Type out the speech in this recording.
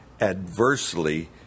adversely